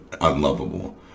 unlovable